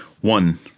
one